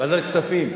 ועדת הכספים.